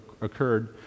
occurred